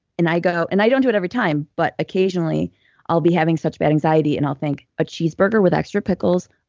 and i do. and i don't do it every time, but occasionally i'll be having such bad anxiety, and i'll think, a cheeseburger with extra pickles,